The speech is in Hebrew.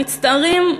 מצטערים,